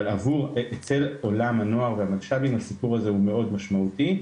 אבל אצל עולם הנוער והמלש"בים הסיפור הזה הוא מאוד משמעותי.